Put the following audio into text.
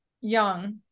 young